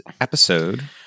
episode